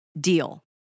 deal